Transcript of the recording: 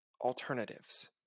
alternatives